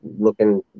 looking